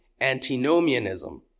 antinomianism